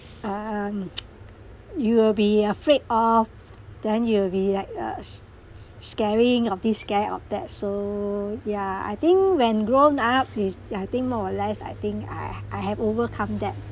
um you will be afraid of then you'll be like uh s~ s~ scaring of this guy of that so yeah I think when grown up is I think more or less I think I h~ I have overcome that